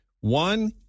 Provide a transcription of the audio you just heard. One